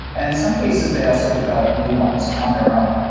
and in some cases they also develop new ones on their own.